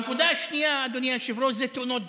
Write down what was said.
הנקודה השנייה, אדוני היושב-ראש, זה תאונות דרכים,